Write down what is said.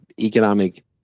economic